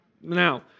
Now